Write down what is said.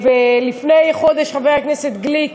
לפני חודש חבר הכנסת גליק